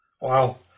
Wow